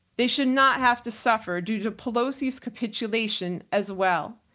they should not have to suffer due to pelosi's capitulation as well.